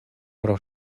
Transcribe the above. pro